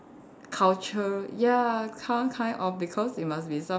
culture ya some kind of because it must be some